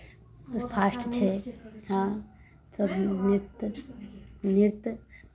fast छै हँ तोहर नृत्य नृत्य